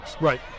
Right